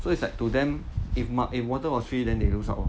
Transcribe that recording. so it's like to them if if water was free then they lose out lor